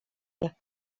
jak